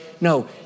No